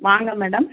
வாங்க மேடம்